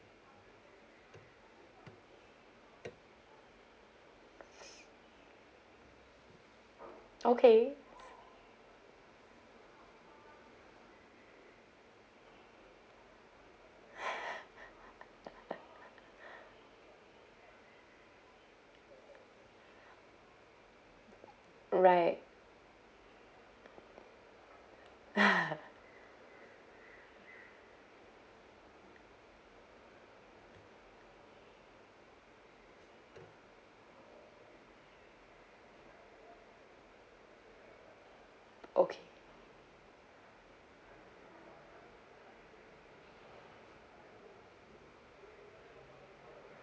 okay right okay